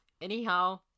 anyhow